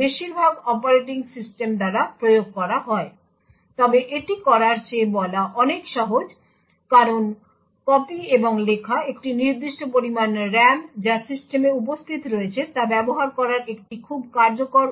বেশিরভাগ operating system দ্বারা প্রয়োগ করা হয় তবে এটি করার চেয়ে বলা অনেক সহজ কারণ কপি এবং লেখা একটি নির্দিষ্ট পরিমাণ RAM যা সিস্টেমে উপস্থিত রয়েছে তা ব্যবহার করার একটি খুব কার্যকর উপায়